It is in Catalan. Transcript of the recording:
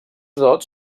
dots